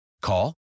Call